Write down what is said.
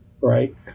right